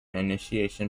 initiation